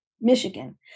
Michigan